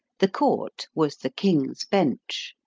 the court was the king's bench.